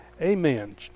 Amen